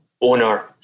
owner